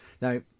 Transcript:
Now